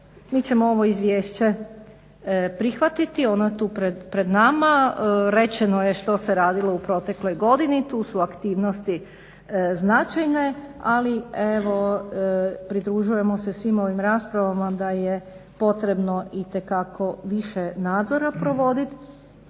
mi ćemo ovo izvješće prihvatiti, ono je tu pred nama, rečeno je što se radilo u protekloj godini, tu su aktivnosti značajne, ali evo pridružujemo se svim ovim raspravama da je potrebno itekako više nadzora provodit